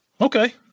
Okay